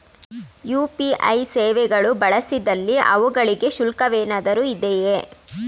UPI ಸೇವೆಗಳು ಬಳಸಿದಲ್ಲಿ ಅವುಗಳಿಗೆ ಶುಲ್ಕವೇನಾದರೂ ಇದೆಯೇ?